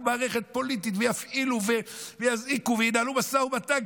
מערכת פוליטית ויפעילו ויזעיקו וינהלו משא ומתן,